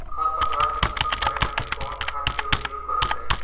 खर पतवार के खतम करे खातिर कवन खाद के उपयोग करल जाई?